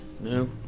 No